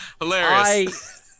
Hilarious